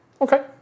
Okay